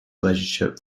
relationship